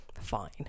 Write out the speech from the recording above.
Fine